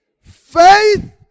Faith